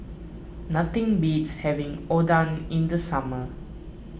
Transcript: nothing beats having Oden in the summer